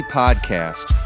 podcast